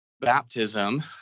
baptism